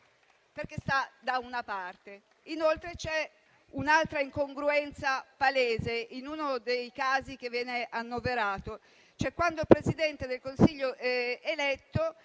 perché sta da una parte. Inoltre, c'è un'altra incongruenza palese in uno dei casi che viene annoverato, cioè quando il Presidente del Consiglio eletto